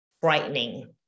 frightening